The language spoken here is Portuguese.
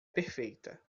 perfeita